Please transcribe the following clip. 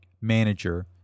manager